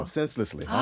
Senselessly